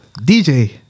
DJ